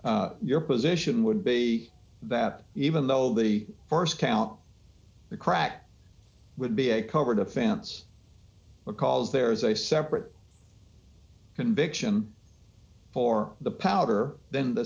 your position would be that even though the st count the crack would be covered offense recalls there is a separate conviction for the powder than the